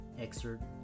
excerpt